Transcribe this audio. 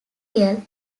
ariel